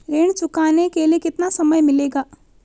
ऋण चुकाने के लिए कितना समय मिलेगा?